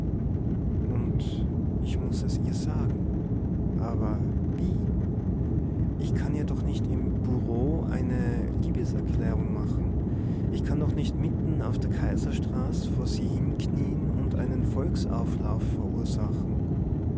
und ich muß es ihr sagen aber wie ich kann ihr doch nicht im bureau eine liebeserklärung machen ich kann doch nicht mitten auf der kaiserstraß vor sie hinknien und einen volksauflauf verursachen